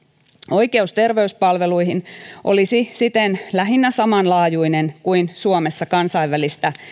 oikeus terveyspalveluihin olisi siten lähinnä saman laajuinen kuin suomessa kansainvälistä